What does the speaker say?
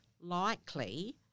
likely